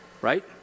right